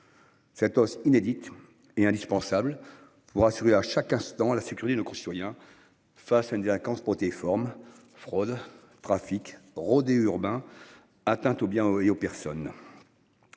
Cette hausse inédite est indispensable pour assurer à chaque instant la sécurité de nos concitoyens face à une délinquance protéiforme fraude trafic. Urbain. Atteintes aux biens et aux personnes.